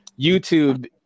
YouTube